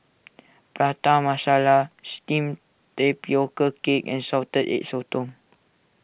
Prata Masala Steamed Tapioca Cake and Salted Egg Sotong